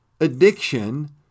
addiction